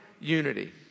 unity